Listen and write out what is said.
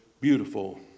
beautiful